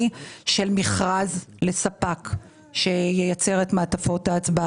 של מכרז לספק שייצר את מעטפות ההצבעה.